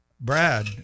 Brad